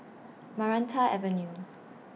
Maranta Avenue